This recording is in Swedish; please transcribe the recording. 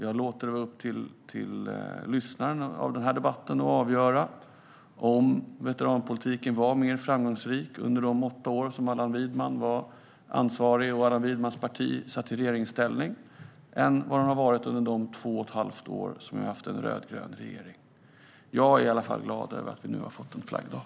Jag låter det vara upp till dem som lyssnar på denna debatt att avgöra om veteranpolitiken var mer framgångsrik under de åtta år som Allan Widman var ansvarig och Allan Widmans parti satt i regeringsställning än vad den har varit under de två och ett halvt år som vi har haft en rödgrön regering. Jag är i alla fall glad över att vi nu har fått en flaggdag.